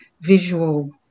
visual